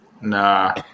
Nah